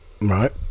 Right